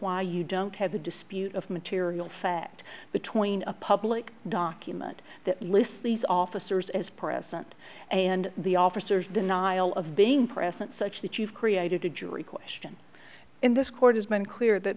why you don't have a dispute of material fact between a public document that lists these officers as present and the officers denial of being present such that you've created a jury question in this court has made it clear that